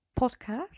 podcast